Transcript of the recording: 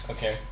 Okay